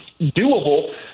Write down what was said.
doable